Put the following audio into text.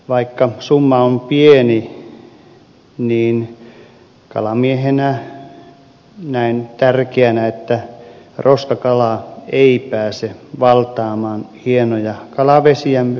vaikka summa on pieni niin kalamiehenä näen tärkeäksi että roskakala ei pääse valtaamaan hienoja kalavesiämme